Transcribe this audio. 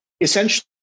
essentially